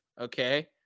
okay